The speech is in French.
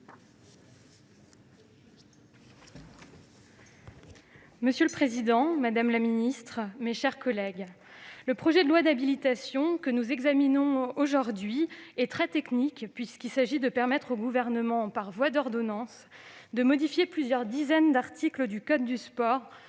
Monsieur le président, madame la ministre, mes chers collègues, le projet de loi d'habilitation que nous examinons aujourd'hui est très technique, puisqu'il s'agit de permettre au Gouvernement, par voie d'ordonnance, de modifier plusieurs dizaines d'articles du code du sport